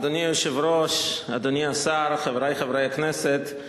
אדוני היושב-ראש, אדוני השר, חברי חברי הכנסת,